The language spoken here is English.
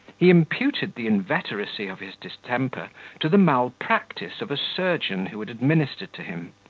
he imputed the inveteracy of his distemper to the malpractice of a surgeon who had administered to him,